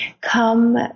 come